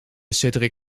cedric